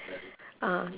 ah